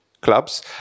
clubs